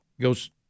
goes